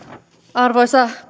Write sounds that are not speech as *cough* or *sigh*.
arvoisa *unintelligible*